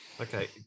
Okay